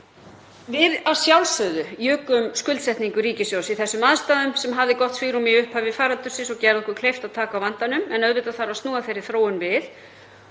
að sjálfsögðu skuldsetningu ríkissjóðs í þessum aðstæðum sem hafði gott svigrúm í upphafi faraldursins og gerði okkur kleift að taka á vandanum. En auðvitað þarf að snúa þeirri þróun við,